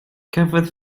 cafodd